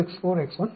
X1 X3 X4